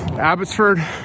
Abbotsford